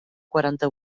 quaranta